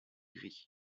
gris